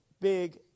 big